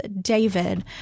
david